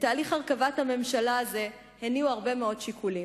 את תהליך הרכבת הממשלה הזה הניעו הרבה מאוד שיקולים.